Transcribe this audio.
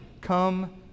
come